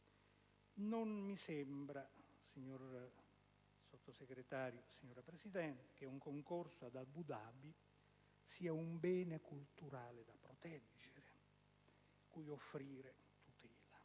Non mi sembra, signor Sottosegretario, signora Presidente, che un concorso ad Abu Dhabi sia un bene culturale da proteggere, cui offrire tutela.